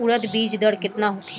उरद बीज दर केतना होखे?